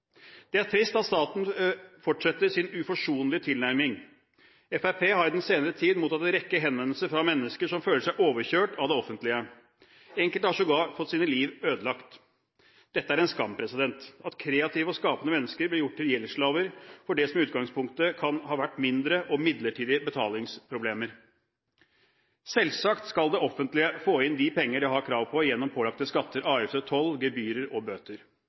Det er trist at staten fortsetter sin uforsonlige tilnærming. Fremskrittspartiet har i den senere tid mottatt en rekke henvendelser fra mennesker som føler seg overkjørt av det offentlige. Enkelte har sågar fått sine liv ødelagt. Det er en skam at kreative og skapende mennesker blir gjort til gjeldsslaver for det som i utgangspunktet kan ha vært mindre og midlertidige betalingsproblemer. Selvsagt skal det offentlige få inn de pengene det har krav på gjennom pålagte skatter, avgifter, toll, gebyrer og bøter.